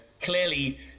clearly